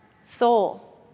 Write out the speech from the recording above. soul